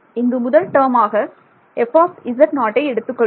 இங்கு முதல் டேர்மாக f எடுத்துக் கொள்வோம்